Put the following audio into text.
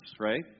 right